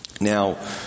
Now